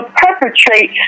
perpetrate